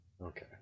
Okay